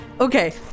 Okay